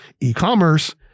e-commerce